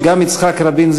שגם יצחק רבין,